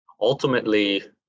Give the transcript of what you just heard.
ultimately